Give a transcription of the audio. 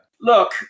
Look